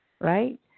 right